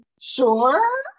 sure